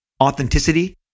authenticity